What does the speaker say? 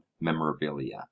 memorabilia